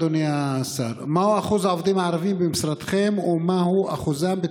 אדוני השר: 1. מהו אחוז העובדים הערבים